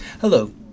Hello